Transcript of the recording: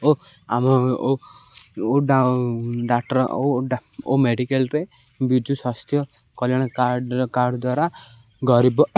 ଓ ଓ ଡା ଡା ଆମ ଡାକ୍ଟର ଓ ମେଡ଼ିକାଲରେ ବିଜୁ ସ୍ୱାସ୍ଥ୍ୟ କଲ୍ୟାଣ କାର୍ଡ଼ କାର୍ଡ଼ ଦ୍ୱାରା ଗରିବ